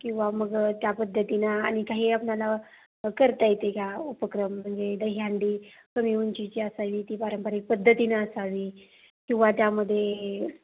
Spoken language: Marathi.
किंवा मग त्या पद्धतीनं आणि काही आपणाला करता येते का उपक्रम म्हणजे दहीहंडी कमी उंचीची असावी ती पारंपारिक पद्धतीनं असावी किंवा त्यामध्ये